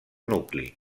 nucli